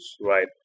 right